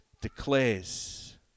declares